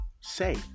say